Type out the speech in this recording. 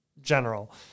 general